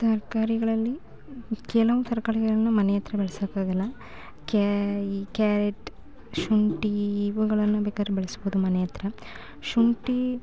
ತರಕಾರಿಗಳಲ್ಲಿ ಕೆಲವು ತರಕಾರಿಗಳನ್ನ ಮನೆ ಹತ್ರ ಬೆಳ್ಸೋಕ್ಕಾಗೋಲ್ಲ ಕ್ಯಾ ಈ ಕ್ಯಾರೆಟ್ ಶುಂಠಿ ಇವುಗಳನ್ನು ಬೇಕಾದ್ರೆ ಬೆಳೆಸ್ಬೋದು ಮನೆ ಹತ್ರ ಶುಂಠಿ